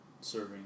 serving